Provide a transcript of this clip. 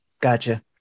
gotcha